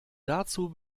dazu